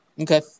Okay